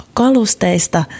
kalusteista